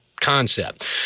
concept